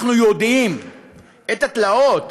אנחנו יודעים את התלאות,